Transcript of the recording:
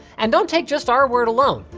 and don't take just our word alone.